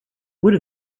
would